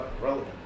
relevant